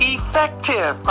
Effective